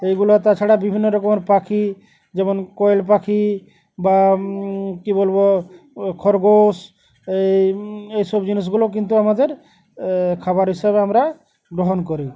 এইগুলো তাছাড়া বিভিন্ন রকমের পাখি যেমন কয়েল পাখি বা কী বলবো খরগোশ এই এইসব জিনিসগুলো কিন্তু আমাদের খাবার হিসাবে আমরা গ্রহণ করি